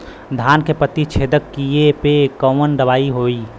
धान के पत्ती छेदक कियेपे कवन दवाई होई?